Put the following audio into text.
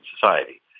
society